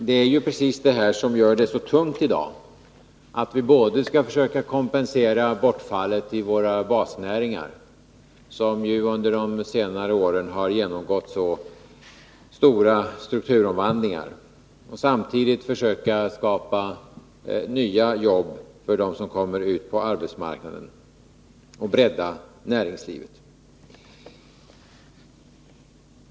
Det är ju precis det här som gör det så tungt i dag — att vi både skall försöka kompensera bortfallet i våra basnäringar, som ju under senare år har genomgått så stora strukturomvandlingar, och samtidigt försöka skapa nya jobb för dem som kommer ut på arbetsmarknaden och bredda näringslivet.